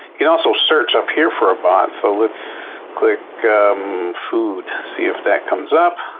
you can also search up here for a bot so let's click food. see if that comes up.